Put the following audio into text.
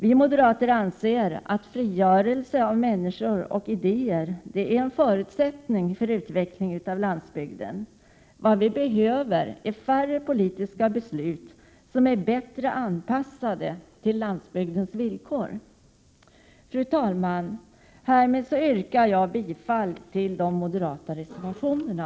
Vi moderater anser att frigörelse av människor och idéer är en förutsättning för utveckling av landsbygden. Vad vi behöver är färre politiska beslut, och de beslut som fattas måste vara bättre anpassade till landsbygdens villkor. Fru talman! Härmed yrkar jag bifall till de moderata reservationerna.